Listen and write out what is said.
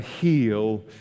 Heal